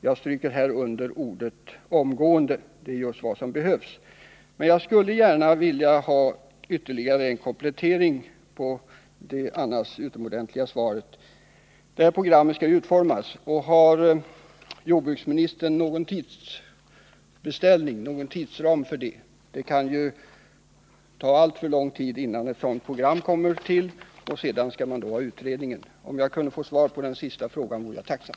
Jag stryker under ordet omgående. Det är just vad som behövs. Men jag skulle gärna vilja ha ytterligare en komplettering av det annars utomordentliga svaret. Det här programmet skall ju utformas. Har jordbruksministern någon tidsram för det? Det kan ju ta alltför lång tid innan ett sådant program kommer till stånd, och sedan skall man då göra utredningen. —- Om jag kunde få svar på den frågan vore jag tacksam.